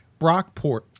Brockport